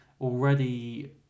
already